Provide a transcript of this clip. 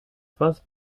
first